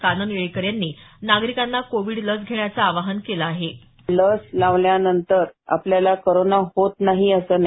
कानन येळीकर यांनी नागरिकांना कोविड लस घेण्याचं आवाहन केलं आहे लस लावल्यानंतर आपल्याला कोरोना होत नाही असं नाही